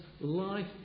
life